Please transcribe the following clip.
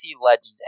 legend